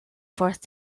fourth